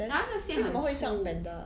then 为什么会像 panda